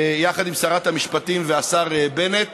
יחד עם שרת המשפטים והשר בנט,